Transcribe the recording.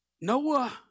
Noah